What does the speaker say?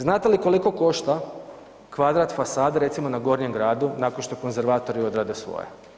Znate li koliko košta kvadrat fasade recimo na Gornjem gradu nakon što konzervatori odrade svoje?